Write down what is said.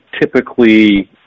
typically